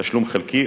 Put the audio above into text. תשלום חלקי,